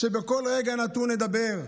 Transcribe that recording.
שבכל רגע נתון נדבר,